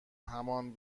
همان